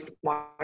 smart